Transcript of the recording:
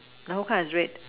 the whole car is red